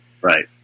Right